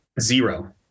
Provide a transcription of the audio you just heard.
zero